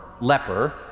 leper